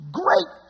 great